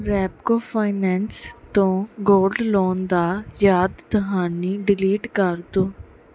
Repco finance ਤੋਂ gold loan ਦਾ ਯਾਦ ਦਹਾਨੀ ਡਿਲੀਟ ਕਰ ਦਿਉ